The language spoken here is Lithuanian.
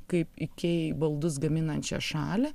kaip ikėjai baldus gaminančią šalį